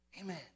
amen